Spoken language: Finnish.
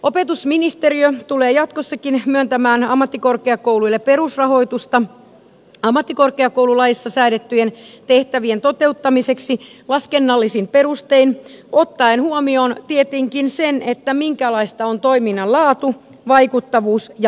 opetusministeriö tulee jatkossakin myöntämään ammattikorkeakouluille perusrahoitusta ammattikorkeakoululaissa säädettyjen tehtävien toteuttamiseksi laskennallisin perustein ottaen huomioon tietenkin sen minkälaista on toiminnan laatu vaikuttavuus ja laajuus